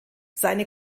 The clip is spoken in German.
seine